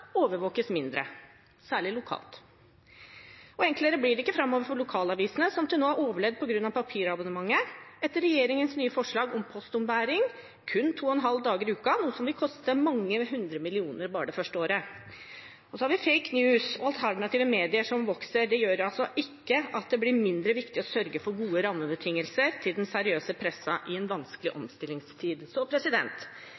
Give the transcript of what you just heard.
overvåkes mindre, særlig lokalt. Enklere blir det ikke framover for lokalavisene, som til nå har overlevd på grunn av papirabonnementet, etter regjeringens nye forslag om at det skal være postombæring kun to og en halv dag i uka, noe som vil koste mange hundre millioner kroner bare det første året. Så har vi «fake news» og alternative medier som vokser. Det gjør ikke at det blir mindre viktig å sørge for gode rammebetingelser for den seriøse pressen i en vanskelig